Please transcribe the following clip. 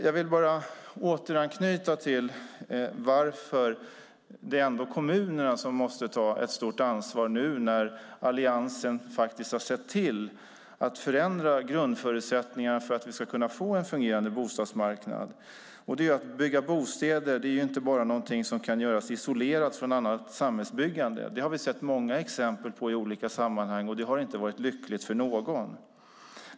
Jag vill återknyta till varför det ändå är kommunerna som måste ta ett stort ansvar nu när Alliansen faktiskt har sett till att förändra grundförutsättningarna så att vi ska kunna få en fungerande bostadsmarknad. Att bygga bostäder är ingenting som kan göras isolerat från annat samhällsbyggande. Det har vi sett många exempel på i olika sammanhang, och det har inte varit lyckligt för någon.